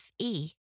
Fe